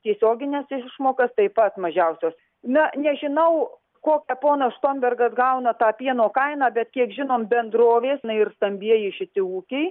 tiesiogines išmokas taip pat mažiausios na nežinau kokią ponas štombergas gauna tą pieno kainą bet kiek žinom bendrovės na ir stambieji šiti ūkiai